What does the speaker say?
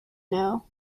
know